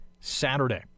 Saturday